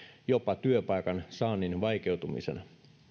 jopa työpaikan saannin vaikeutumisena